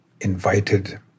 invited